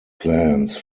plans